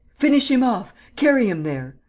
finish him off! carry him there!